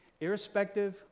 Irrespective